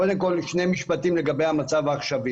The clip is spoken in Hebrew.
קודם כול, לגבי המצב הנוכחי